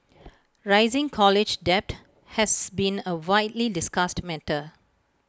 rising college debt has been A widely discussed matter